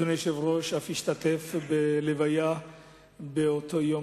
אדוני היושב-ראש אף השתתף בלוויה באותו יום,